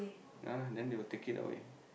ya lah then they will take it away